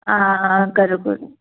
हां हां करो करो